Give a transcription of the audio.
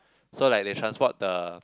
so like they transport the